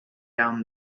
down